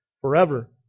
forever